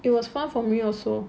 it was far for me also